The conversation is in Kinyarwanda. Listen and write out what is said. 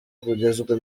kugezwa